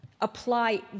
apply